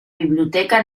biblioteca